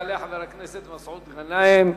יעלה חבר הכנסת מסעוד גנאים,